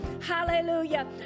hallelujah